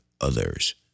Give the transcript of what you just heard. others